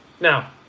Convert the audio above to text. Now